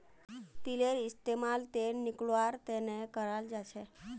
तिलेर इस्तेमाल तेल निकलौव्वार तने कराल जाछेक